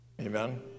Amen